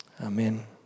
Amen